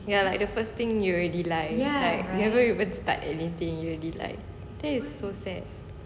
ya like the first thing you already lie like you haven't even start anything you already lie that is so sad